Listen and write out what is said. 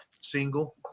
Single